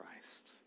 Christ